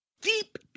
Deep